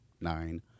nine